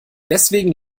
deswegen